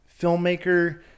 filmmaker